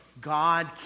God